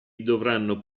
dovranno